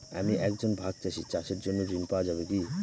আমি একজন ভাগ চাষি চাষের জন্য ঋণ পাওয়া যাবে কি?